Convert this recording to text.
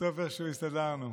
בסוף איכשהו הסתדרנו.